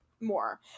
more